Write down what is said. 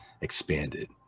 expanded